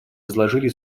изложили